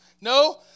No